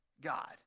God